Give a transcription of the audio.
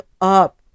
up